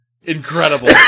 Incredible